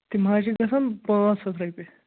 تِم حظ چھِ گژھان پانٛژھ ہَتھ رۄپیہِ